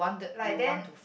like then